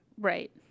Right